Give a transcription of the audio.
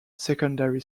secondary